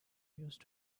used